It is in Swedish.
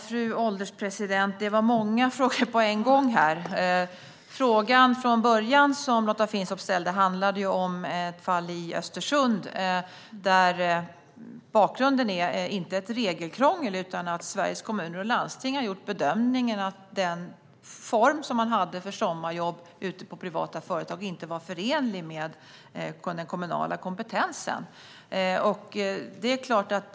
Fru ålderspresident! Det var många frågor på en gång här. Frågan som Lotta Finstorp ställde från början handlade om ett fall i Östersund där bakgrunden inte är regelkrångel utan att Sveriges Kommuner och Landsting har gjort bedömningen att den form som man hade för sommarjobb ute på privata företag inte var förenlig med den kommunala kompetensen.